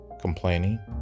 complaining